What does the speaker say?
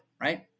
right